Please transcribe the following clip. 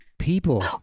people